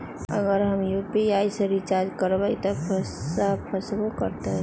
अगर हम यू.पी.आई से रिचार्ज करबै त पैसा फसबो करतई?